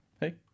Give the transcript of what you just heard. hey